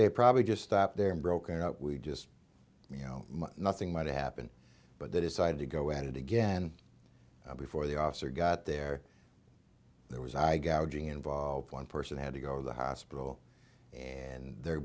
they probably just stopped there and broke it up we just you know nothing might happen but that is i had to go at it again before the officer got there there was i got involved one person had to go to the hospital and they're